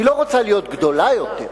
היא לא רוצה להיות גדולה יותר.